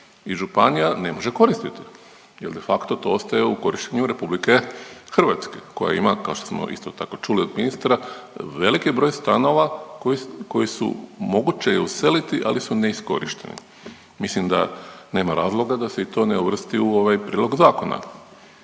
i županija ne može koristiti jer de facto to ostaje u korištenju Republike Hrvatske koja ima kao što smo isto tako čuli od ministra veliki broj stanova koji su moguće je i useliti, ali su neiskorišteni. Mislim da nema razloga da se i to ne uvrsti u ovaj prijedlog zakona.